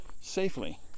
Safely